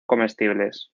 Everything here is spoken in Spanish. comestibles